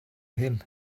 him